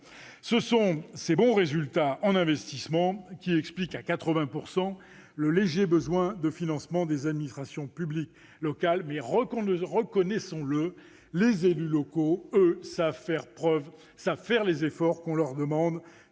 un an. Ces bons résultats en investissement expliquent à 80 % le léger besoin de financement des administrations publiques locales. Reconnaissons-le : les élus locaux, eux, savent faire les efforts qu'on leur demande.